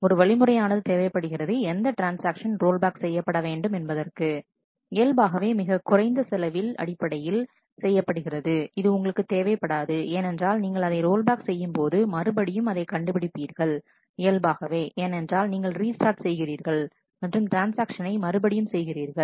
ஒரு வழிமுறையானது தேவைப்படுகிறது எந்த ட்ரான்ஸ்ஆக்ஷன் ரோல் பேக் செய்யப்படவேண்டும் என்பதற்கு இயல்பாகவே இது மிகக் குறைந்த செலவில் அடிப்படையில் செய்யப்படுகிறது இது உங்களுக்கு தேவைப்படாது ஏனென்றால் நீங்கள் அதை ரோல்பேக் செய்யும் போது மறுபடியும் அதை கண்டுபிடிப்பீர்கள் இயல்பாகவே ஏனென்றால் நீங்கள் ரீஸ்டார்ட் செய்கிறீர்கள் மற்றும் ட்ரான்ஸ்ஆக்ஷனை மறுபடியும் செய்கிறீர்கள்